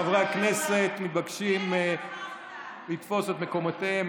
חברי הכנסת מתבקשים לתפוס את מקומותיהם.